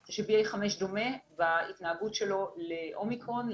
היא ש-BA.5 דומה בהתנהגות שלו לאומיקרון,